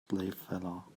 playfellow